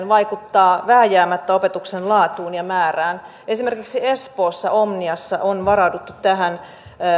vaikuttaa vääjäämättä opetuksen laatuun ja määrään esimerkiksi espoossa omniassa on varauduttu tähän